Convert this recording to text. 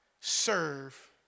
serve